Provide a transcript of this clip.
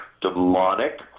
demonic